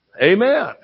amen